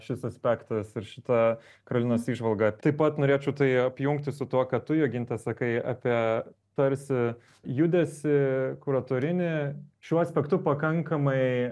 šis aspektas ir šita karolinos įžvalga taip pat norėčiau tai apjungti su tuo kad tu joginta sakai apie tarsi judesį kuratorinį šiuo aspektu pakankamai